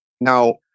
Now